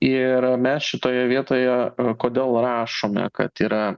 ir mes šitoje vietoje kodėl rašome kad yra